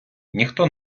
ніхто